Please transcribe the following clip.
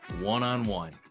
one-on-one